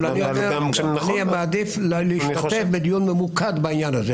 אבל אני מעדיף להשתתף בדיון ממוקד בעניין הזה.